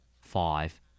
Five